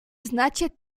znacie